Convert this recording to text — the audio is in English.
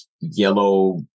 yellow